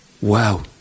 Wow